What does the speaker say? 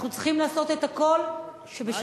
אנחנו צריכים לעשות את הכול שבשבוע